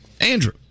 Andrew